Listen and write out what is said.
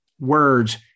Words